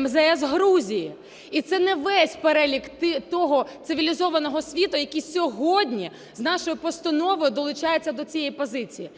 МЗС Грузії. І це не весь перелік того цивілізованого світу, який сьогодні з нашою постановою долучається до цієї позиції.